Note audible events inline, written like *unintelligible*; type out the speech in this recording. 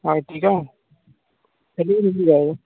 Ertiga *unintelligible*